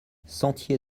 sentier